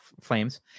Flames